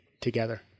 together